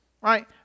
Right